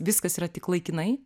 viskas yra tik laikinai